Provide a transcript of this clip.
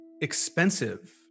expensive